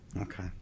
okay